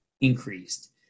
Increased